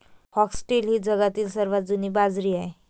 foxtail ही जगातील सर्वात जुनी बाजरी आहे